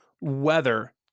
weather